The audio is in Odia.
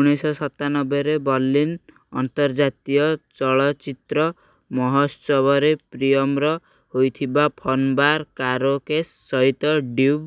ଉଣେଇଶଶହ ସତାନବେରେ ବର୍ଲିନ୍ ଆନ୍ତର୍ଜାତୀୟ ଚଳଚ୍ଚିତ୍ର ମହୋତ୍ସବରେ ପ୍ରିୟମର ହୋଇଥିବା ଫନ୍ ବାର୍ କାରାଓକେ ସହିତ ଡେବ୍ୟୁ